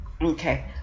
Okay